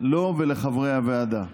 לו ולחברי הוועדה.